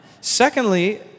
Secondly